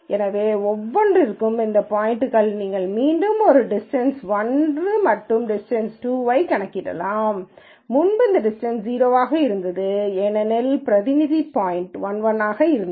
எனவே ஒவ்வொன்றிற்கும் இந்த பாய்ன்ட்கள் நீங்கள் மீண்டும் ஒரு டிஸ்டன்ஸ் 1 மற்றும் டிஸ்டன்ஸ் 2 ஐக் கணக்கிடலாம் முன்பு இந்த டிஸ்டன்ஸ் 0 ஆக இருந்தது ஏனெனில் பிரதிநிதி பாய்ன்ட் 1 1 ஆக இருந்தது